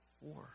war